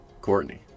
Courtney